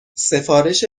سفارش